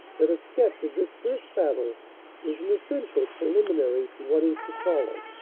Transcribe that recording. that a sketch of this first battle is an essential prelimin ary to what is to follow.